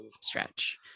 Stretch